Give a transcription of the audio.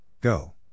Go